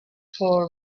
for